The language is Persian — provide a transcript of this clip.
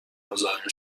مزاحم